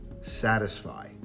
satisfy